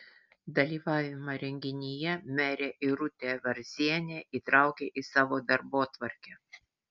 dalyvavimą renginyje merė irutė varzienė įtraukė į savo darbotvarkę